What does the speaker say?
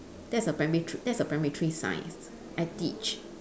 that's a primary thr~ that's a primary three science I teach